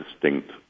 distinct